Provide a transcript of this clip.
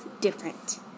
different